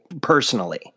personally